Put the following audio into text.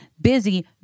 busy